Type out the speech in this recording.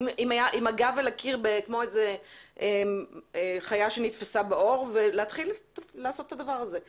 הגב אל הקיר כמו חיה שנתפסה באור ולהתחיל לעשות את הדבר הזה.